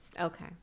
Okay